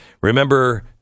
Remember